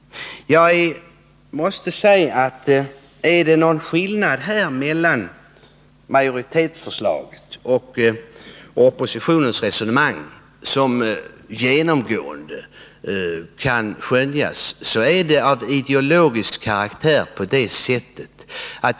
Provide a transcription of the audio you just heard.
Finns det någon skillnad mellan majoritetsförslaget och oppositionens resonemang som genomgående kan skönjas så är den av ideologisk karaktär.